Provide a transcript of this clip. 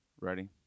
Ready